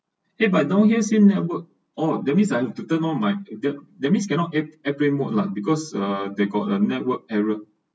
eh but down here say network orh that means I have to turn on my that means cannot air~ airplane mode lah because uh they got a network error